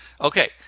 Okay